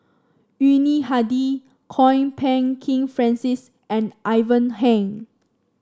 Yuni Hadi Kwok Peng Kin Francis and Ivan Heng